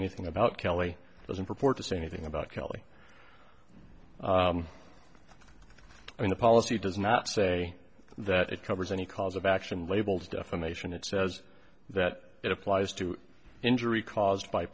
anything about kelly doesn't purport to say anything about kelly and the policy does not say that it covers any cause of action labels defamation it says that it applies to injury caused by